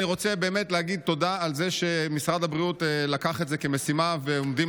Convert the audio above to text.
אני רוצה באמת להגיד תודה על זה שמשרד הבריאות לקח את זה כמשימה ועומדים